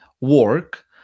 work